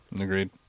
agreed